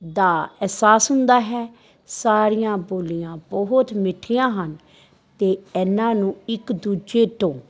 ਦਾ ਅਹਿਸਾਸ ਹੁੰਦਾ ਹੈ ਸਾਰੀਆਂ ਬੋਲੀਆਂ ਬਹੁਤ ਮਿੱਠੀਆਂ ਹਨ ਅਤੇ ਇਹਨਾਂ ਨੂੰ ਇੱਕ ਦੂਜੇ ਤੋਂ